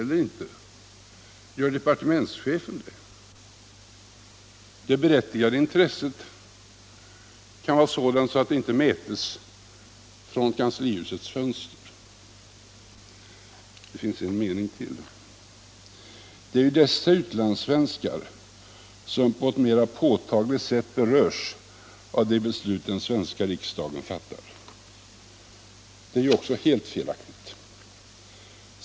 Gör departementschefen det? Det berättigade intresset kan vara sådant att det inte kan mätas från kanslihusets fönster. Departementschefen säger vidare: ”Det är ju dessa utlandssvenskar som på ett mera påtagligt sätt berörs av det beslut den svenska riksdagen fattar.” Även detta påstående är helt felaktigt.